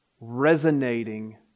resonating